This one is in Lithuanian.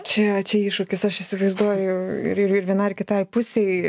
čia čia iššūkis aš įsivaizduoju ir ir viena ar kitai pusei